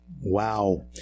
wow